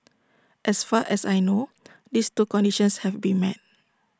as far as I know these two conditions have been met